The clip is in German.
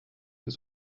des